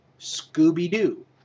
Scooby-Doo